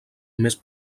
més